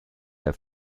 der